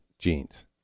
jeans